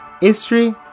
history